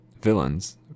villains